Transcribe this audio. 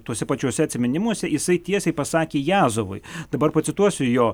tuose pačiuose atsiminimuose jisai tiesiai pasakė jazovui dabar pacituosiu jo